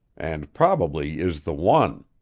and probably is the one.